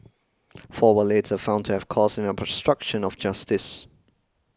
four were later found to have caused an obstruction of justice